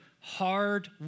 hard